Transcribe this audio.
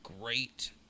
great